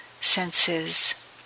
senses